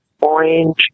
orange